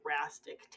drastic